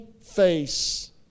face